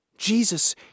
Jesus